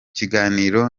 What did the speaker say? kiganiro